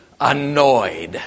annoyed